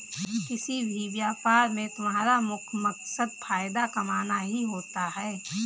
किसी भी व्यापार में तुम्हारा मुख्य मकसद फायदा कमाना ही होता है